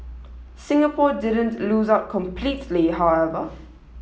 Singapore didn't lose out completely however